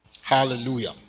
Hallelujah